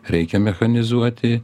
reikia mechanizuoti